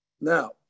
Now